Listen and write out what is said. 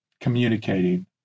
communicating